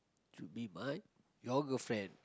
should be mine your girlfriend